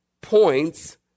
points